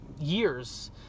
years